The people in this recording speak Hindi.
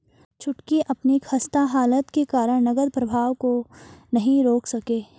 छुटकी अपनी खस्ता हालत के कारण नगद प्रवाह को नहीं रोक सके